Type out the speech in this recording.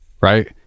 Right